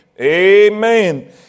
Amen